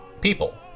people